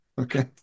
Okay